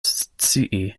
scii